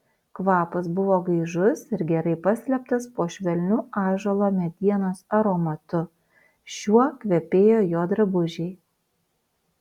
kvapas buvo gaižus ir gerai paslėptas po švelniu ąžuolo medienos aromatu šiuo kvepėjo jo drabužiai